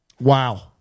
Wow